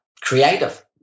creative